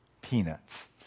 peanuts